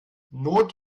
not